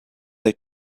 they